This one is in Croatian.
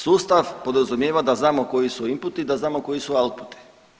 Sustav podrazumijeva da znamo koji su inputi, da znamo koji su outputi.